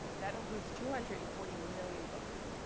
that includes two hundred and forty million books.